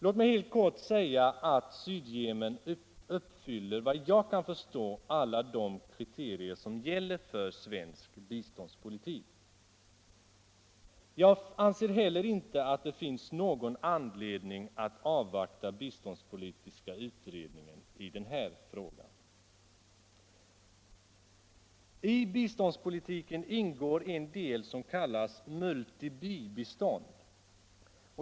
Låt mig helt kort säga att Sydyemen uppfyller alla de kriterier som gäller för svensk biståndspolitik. Jag anser att det heller inte finns någon anledning att avvakta biståndspolitiska utredningen i det här aktuella fallet. I biståndspolitiken ingår en del som kallas multibistånd.